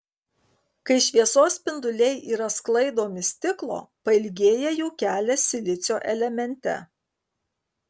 kai šviesos spinduliai yra sklaidomi stiklo pailgėja jų kelias silicio elemente